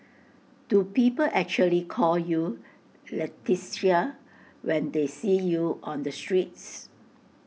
do people actually call you Leticia when they see you on the streets